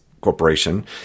Corporation